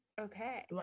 okay